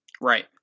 Right